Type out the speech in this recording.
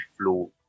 flow